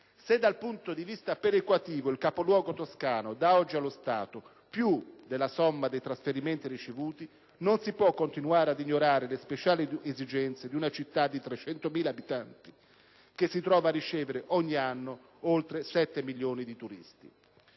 Se dal punto di vista perequativo, il capoluogo toscano dà oggi allo Stato più della somma dei trasferimenti ricevuti, non si può continuare ad ignorare le speciali esigenze di una città di 300.000 abitanti, che si trova a ricevere ogni anno oltre 7 milioni di turisti.